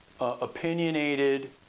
opinionated